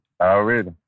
already